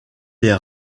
des